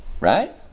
Right